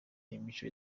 imico